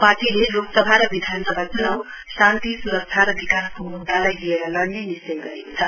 पार्टीले लोकसभा र विधानसभा च्नाउ शान्ति स्रक्षा र विकासको म्द्दामा लड्ने निश्चय गरेको छ